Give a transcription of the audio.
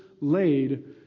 laid